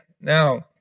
Now